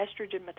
estrogen